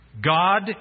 God